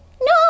No